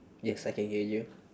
yes I can hear you